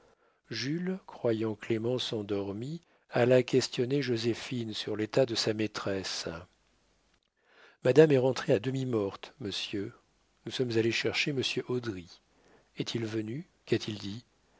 jules croyant clémence endormie alla questionner joséphine sur l'état de sa maîtresse madame est rentrée à demi morte monsieur nous sommes allés chercher monsieur haudry est-il venu qu'a-t-il dit